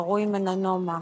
הקרוי מלנומה.